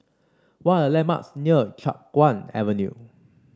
what are the landmarks near Chiap Guan Avenue